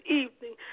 evening